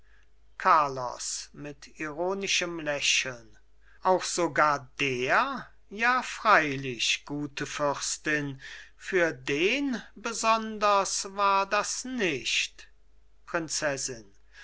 carlos mit ironischem lächeln auch sogar der ja freilich gute fürstin für den besonders war das nicht prinzessin